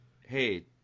hey